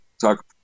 talk